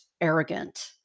arrogant